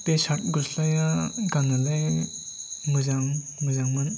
बे सार्ट गस्लाया गाननोलाय मोजां मोजांमोन